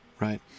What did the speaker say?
right